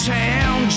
town